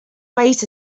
wait